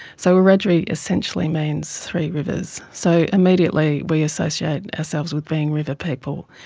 so wiradjuri essentially means three rivers. so immediately we associate ourselves with being river people.